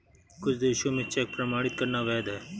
कुछ देशों में चेक प्रमाणित करना अवैध है